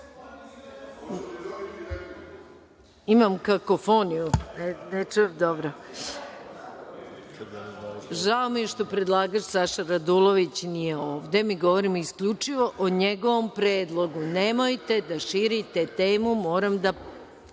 imamo konkretnu tačku. Žao mi je što predlagač Saša Radulović nije ovde. Mi govorimo isključivo o njegovom predlogu. Nemojte da širite temu, moram da